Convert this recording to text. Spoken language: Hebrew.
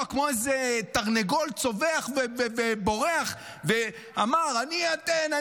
כמו איזה תרנגול צווח ובורח ואמר: אני אתן,